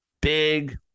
Big